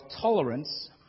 tolerance